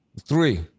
Three